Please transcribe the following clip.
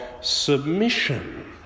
submission